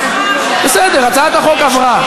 בסדר, הצעת החוק עברה,